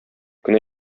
кенә